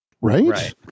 Right